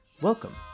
Welcome